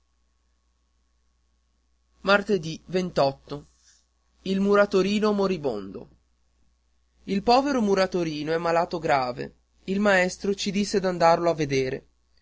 il muratorino moribondo ì l povero muratorino è malato grave il maestro ci disse d'andarlo a vedere